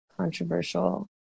controversial